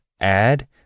add